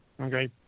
Okay